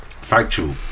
Factual